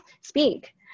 speak